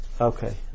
Okay